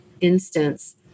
instance